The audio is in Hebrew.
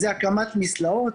זה הקמת מסלעות,